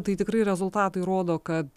tai tikrai rezultatai rodo kad